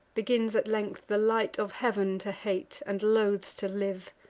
begins at length the light of heav'n to hate, and loathes to live.